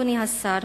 אדוני השר,